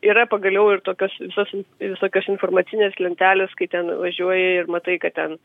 yra pagaliau ir tokios visos visokios informacinės lentelės kai ten važiuoji ir matai kad ten